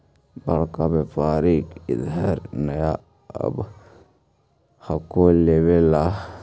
बड़का व्यापारि इधर नय आब हको लेबे ला?